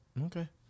Okay